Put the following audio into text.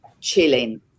chilling